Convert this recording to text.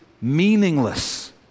meaningless